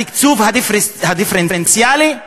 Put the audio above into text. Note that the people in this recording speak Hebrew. התקצוב הדיפרנציאלי העניק,